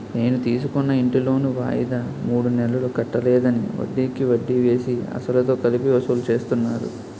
నేను తీసుకున్న ఇంటి లోను వాయిదా మూడు నెలలు కట్టలేదని, వడ్డికి వడ్డీ వేసి, అసలుతో కలిపి వసూలు చేస్తున్నారు